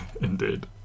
Indeed